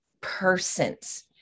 persons